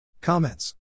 Comments